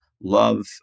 love